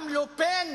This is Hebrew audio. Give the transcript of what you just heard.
גם לה-פן